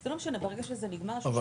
זה לא משנה, ברגע שזה נגמר שלושה חודשים.